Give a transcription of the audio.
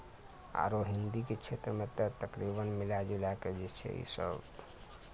आरो हिन्दीके क्षेत्रमे तऽ तकरीबन मिला जुलाए कऽ जे छै ई सभ